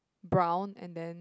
brown and then